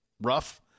rough